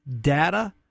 data